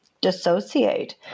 dissociate